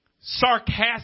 sarcastic